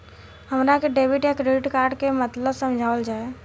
हमरा के डेबिट या क्रेडिट कार्ड के मतलब समझावल जाय?